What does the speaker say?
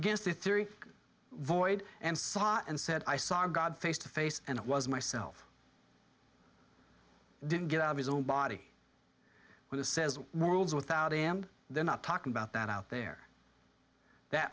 against the theory void and saw and said i saw god face to face and it was myself didn't get out of his own body with the says world's without and they're not talking about that out there that